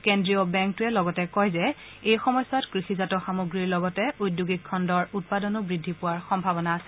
কেন্দ্ৰীয় বেংকটোৱে লগতে কয় যে এই সময়ছোৱাত কৃষিজাত সামগ্ৰীৰ লগতে ঔদ্যোগিক খণ্ডৰ উৎপাদনো বৃদ্ধি পোৱাৰ সম্ভাৱনা আছে